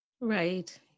right